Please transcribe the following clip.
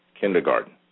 kindergarten